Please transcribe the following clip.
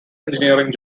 engineering